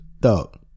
dog